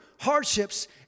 hardships